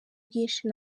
bwinshi